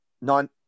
nine